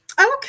okay